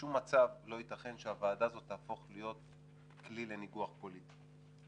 שבשום מצב לא ייתכן שהוועדה הזאת תהפוך להיות כלי לניגוח פוליטי.